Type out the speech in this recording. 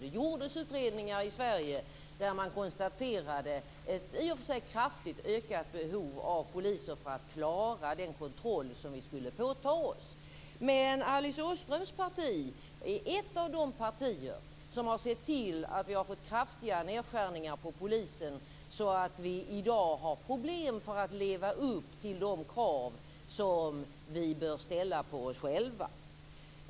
Det gjordes utredningar i Sverige där man konstaterade ett i och för sig kraftigt ökat behov av poliser för att klara den kontroll som vi skulle påta oss. Men Alice Åströms parti är ett av de partier som har sett till att vi har fått kraftiga nedskärningar inom polisen, så att vi i dag har problem att leva upp till de krav som vi bör ställa på oss själva.